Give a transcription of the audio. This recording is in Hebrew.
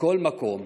בכל מקום,